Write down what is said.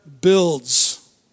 builds